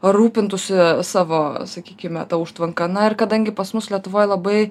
rūpintųsi savo sakykime ta užtvanka na ir kadangi pas mus lietuvoj labai